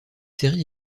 série